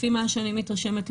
לפי מה שאני מתרשמת,